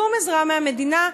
בלי שום עזרה מהמדינה,